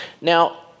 Now